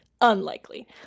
Unlikely